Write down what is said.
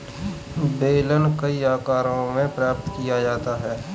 बेलन कई आकारों में प्राप्त किया जाता है